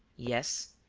yes.